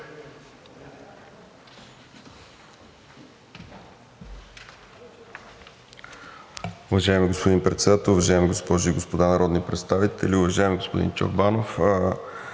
Уважаеми господин Председател, уважаеми госпожи и господа народни представители! Уважаеми господин Чорбанов,